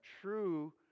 true